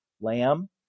lamb